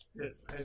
Yes